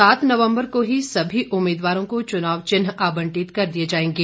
सात नवम्बर को ही सभी उम्मीदवारों को चुनाव चिन्ह आवंटित कर दिए जाएंगे